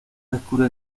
descubre